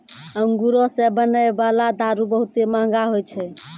अंगूरो से बनै बाला दारू बहुते मंहगा होय छै